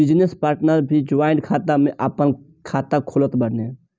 business partner भी joint खाता में आपन खाता खोलत बाने